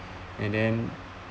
and then